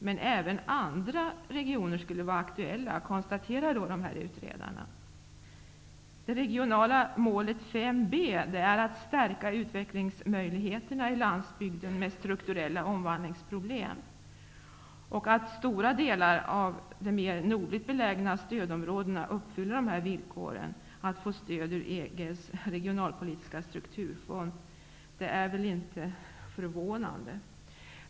Men även andra regioner skulle vara aktuella, konstaterar utredarna. Det regionala målet 5 B är att stärka utvecklingsmöjligheterna för landsbygd med strukturella omvandlingsproblem. Stora delar av de mer nordligt belägna stödområdena uppfyller dessa villkor för att få stöd från EG:s regionalpolitiska strukturfond. Det är väl inte förvånande.